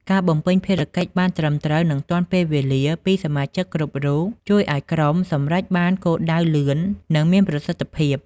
ការបំពេញភារកិច្ចបានត្រឹមត្រូវ និងទាន់ពេលវេលាពីសមាជិកគ្រប់រូប ជួយឱ្យក្រុមសម្រេចបានគោលដៅលឿន និងមានប្រសិទ្ធភាព។